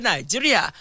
Nigeria